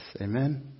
Amen